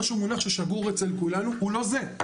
או שהוא מונח ששגור אצל כולנו, הוא לא זה.